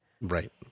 Right